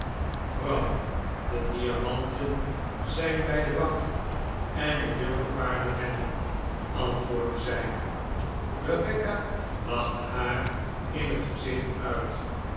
vrouw de diamanten zijn bij de bank en ik wil de paarden hebben antwoordde zij rebecca lachte haar in haar gezicht uit